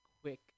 quick